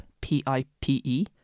p-i-p-e